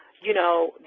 you know,